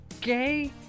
gay